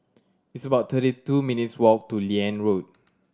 it's about thirty two minutes' walk to Liane Road